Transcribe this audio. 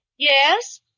Yes